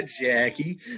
Jackie